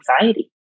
anxiety